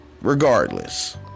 Regardless